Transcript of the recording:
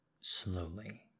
Slowly